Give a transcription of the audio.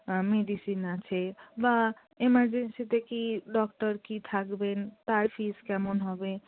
medicine আছে বা এমারজেন্সিতে কি ডক্টর কি থাকবেন তার ফিস কেমন হবে